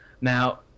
Now